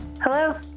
Hello